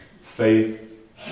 faith